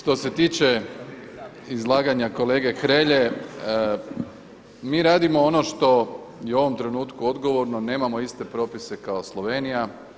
Što se tiče izlaganja kolege Hrelje, mi radimo ono što je u ovom trenutku odgovorno, nemamo iste propise kao Slovenija.